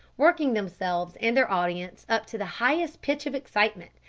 working themselves and their audience up to the highest pitch of excitement,